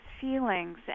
feelings